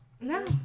No